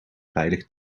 veilig